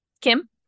kim